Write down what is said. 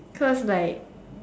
cause like